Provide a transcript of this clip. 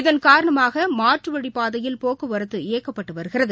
இதன் காரணமாகமாற்றுவழிப்பாதையில் போக்குவரத்து இயக்கப்பட்டுவருகிறது